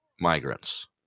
Migrants